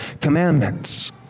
commandments